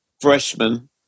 freshman